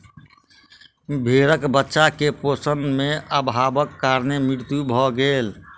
भेड़क बच्चा के पोषण में अभावक कारण मृत्यु भ गेल